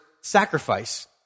sacrifice